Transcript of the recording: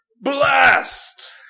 Blast